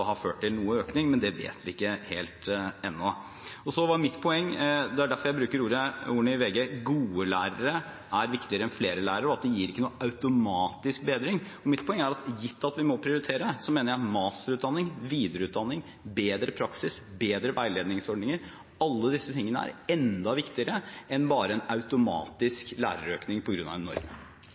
noe, men det vet vi ikke helt ennå. Mitt poeng var – det er derfor jeg i VG bruker ordene «Gode lærere er viktigere enn» flere «lærere», og at det ikke automatisk gir noen bedring – at gitt at vi må prioritere, mener jeg masterutdanning, videreutdanning, bedre praksis, bedre veiledningsordninger, alt dette, er enda viktigere enn bare en automatisk økning i antall lærere på grunn av en norm.